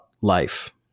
life